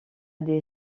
des